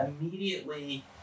immediately